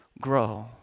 grow